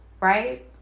right